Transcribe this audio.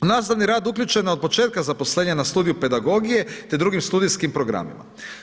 U nastavni rad uključena je otpočetka zaposlenja na studiju pedagogije te drugim studijskim programima.